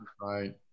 Right